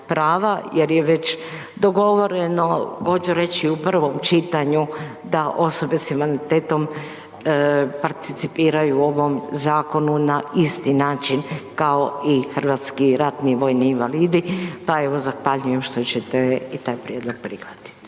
jer je već dogovoreno, .../Govornik se ne razumije./... u prvom čitanju da osobe s invaliditetom participiraju ovom zakonu na isti način kao hrvatski ratni vojni invalidi, pa evo zahvaljujem što ćete i taj prijedlog prihvatiti.